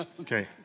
Okay